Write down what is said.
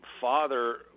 father